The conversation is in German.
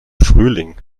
frühling